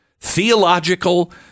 Theological